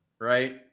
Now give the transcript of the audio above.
right